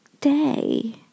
Day